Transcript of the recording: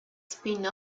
spin